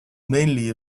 mainly